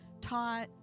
taught